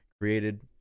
created